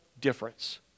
difference